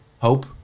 hope